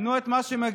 תנו את מה שמגיע.